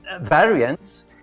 variants